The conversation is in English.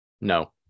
no